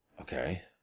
Okay